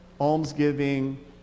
almsgiving